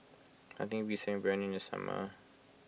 nothing beats having Biryani in the summer